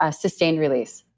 ah sustained release,